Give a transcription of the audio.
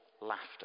laughter